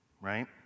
Right